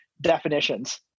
definitions